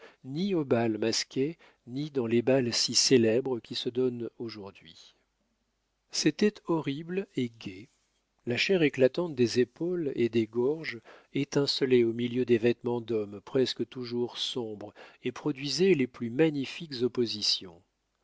ni au bal masqué ni dans les bals si célèbres qui se donnent aujourd'hui c'était horrible et gai la chair éclatante des épaules et des gorges étincelait au milieu des vêtements d'hommes presque toujours sombres et produisait les plus magnifiques oppositions